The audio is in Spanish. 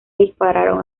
dispararon